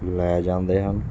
ਲੈ ਜਾਂਦੇ ਹਨ